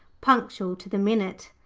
punctual to the minute.